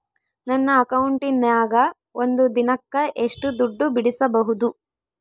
ನನ್ನ ಅಕೌಂಟಿನ್ಯಾಗ ಒಂದು ದಿನಕ್ಕ ಎಷ್ಟು ದುಡ್ಡು ಬಿಡಿಸಬಹುದು?